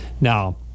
Now